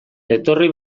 etorri